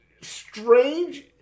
strange